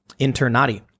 Internati